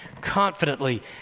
confidently